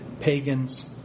pagans